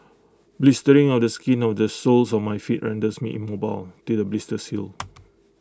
blistering of the skin on the soles of my feet renders me immobile till the blisters heal